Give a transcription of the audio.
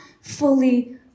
fully